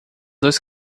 dois